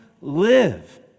live